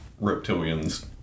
reptilians